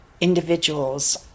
individuals